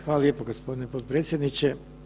Hvala lijepo gospodine potpredsjedniče.